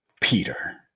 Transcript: Peter